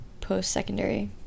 post-secondary